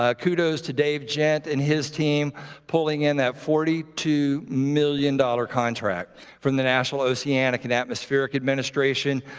ah kudos to dave jent and his team pulling in that forty two million dollars contract from the national oceanic and atmospheric administration.